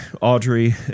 Audrey